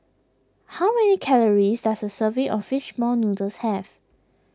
how many calories does a serving of Fish Ball Noodles have